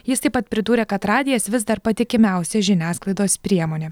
jis taip pat pridūrė kad radijas vis dar patikimiausia žiniasklaidos priemonė